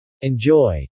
Enjoy